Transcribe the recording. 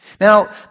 Now